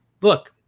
Look